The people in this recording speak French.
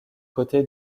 côté